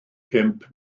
pump